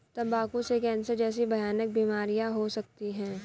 तंबाकू से कैंसर जैसी भयानक बीमारियां हो सकती है